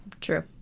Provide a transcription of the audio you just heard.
True